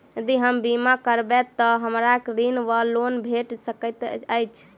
यदि हम बीमा करबै तऽ हमरा ऋण वा लोन भेट सकैत अछि?